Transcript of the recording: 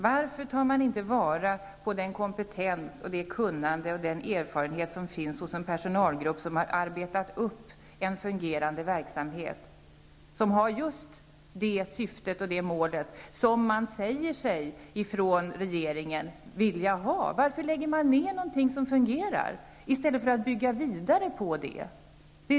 Varför tar man inte till vara den kompetens, det kunnande och den erfarenhet som finns hos en personalgrupp som har arbetat upp en fungerande verksamhet som har just det syftet och det målet som regeringen säger sig vilja ha? Varför lägger man ned något som fungerar i stället för att bygga vidare på det?